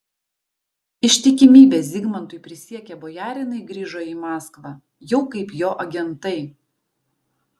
ištikimybę zigmantui prisiekę bojarinai grįžo į maskvą jau kaip jo agentai